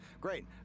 Great